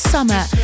Summer